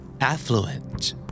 Affluent